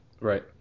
Right